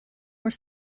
were